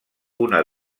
una